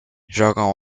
jogam